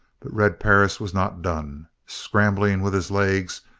but red perris was not done. scrambling with his legs,